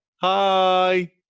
hi